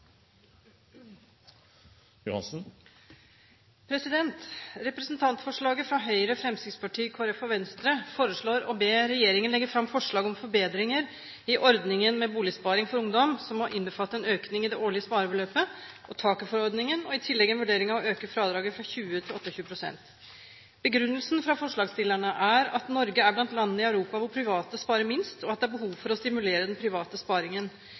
I representantforslaget fra Høyre, Fremskrittspartiet, Kristelig Folkeparti og Venstre foreslås det å be regjeringen legge fram forslag om forbedringer i ordningen med boligsparing for ungdom som må innbefatte en økning av det årlige sparebeløpet og taket for ordningen, og i tillegg en vurdering av å øke fradraget fra 20 pst. til 28 pst. Begrunnelsen fra forslagsstillerne er at Norge er blant landene i Europa hvor private sparer minst, og at det er behov for å stimulere den private